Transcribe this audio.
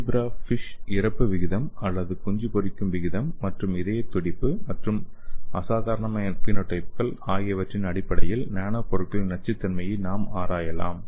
zebrafish இறப்பு விகிதம் அல்லது குஞ்சு பொரிக்கும் விகிதம் மற்றும் இதயத் துடிப்பு மற்றும் அசாதாரண பினோடைப்கள் ஆகியவற்றின் அடிப்படையில் நானோ பொருட்களின் நச்சுத்தன்மையை நாம் ஆராயலாம்